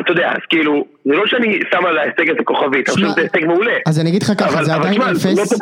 אתה יודע אז כאילו זה לא שאני שם על ההישג הזה הכוכבית, עכשיו זה הישג מעולה אז אני אגיד לך ככה זה עדיין אפס